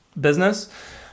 business